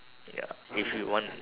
ya if you want